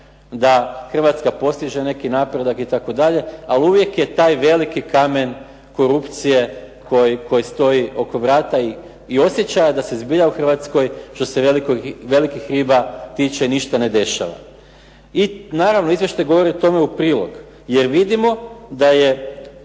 da Hrvatska postiže neki napredak itd., ali uvijek je taj veliki kamen korupcije koji stoji oko vrata i osjeća da se zbilja u Hrvatskoj što se velikih riba ništa ne dešava. I naravno izvještaj govori o tome u prilog, jer vidimo da je